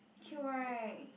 cute [right]